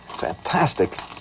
Fantastic